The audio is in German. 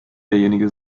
derjenige